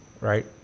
right